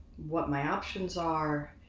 what my options are,